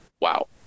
wow